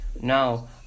Now